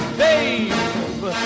babe